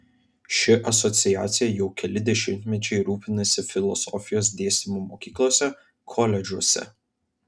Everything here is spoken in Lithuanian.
ši asociacija jau keli dešimtmečiai rūpinasi filosofijos dėstymu mokyklose koledžuose